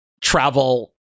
travel